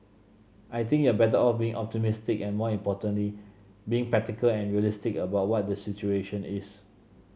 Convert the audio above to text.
I think you're better off being optimistic and more importantly being practical and realistic about what the situation is